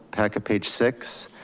packet page six,